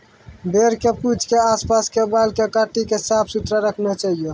भेड़ के पूंछ के आस पास के बाल कॅ काटी क साफ सुथरा रखना चाहियो